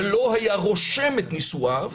ולא היה רושם את נישואיו,